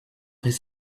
his